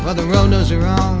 ah the road is